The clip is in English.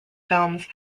films